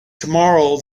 tomorrow